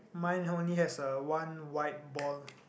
mine only has a one white ball